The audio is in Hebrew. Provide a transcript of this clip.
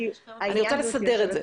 אני רוצה לסדר את זה.